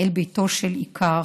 אל ביתו של איכר,